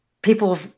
people